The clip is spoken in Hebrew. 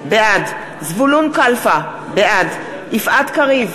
בעד זבולון קלפה, בעד יפעת קריב,